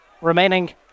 remaining